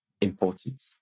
important